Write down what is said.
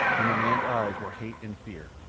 in the man's eyes were hate and fear,